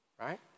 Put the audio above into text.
right